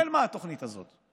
לאן נעלמה התוכנית הזאת?